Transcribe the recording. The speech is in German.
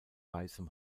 weißem